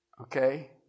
Okay